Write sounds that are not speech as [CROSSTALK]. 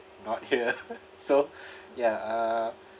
not here [LAUGHS] so ya uh